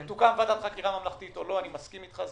אם תוקם ועדת חקירה ממלכתית או לא אני מסכים איתך,